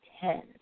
ten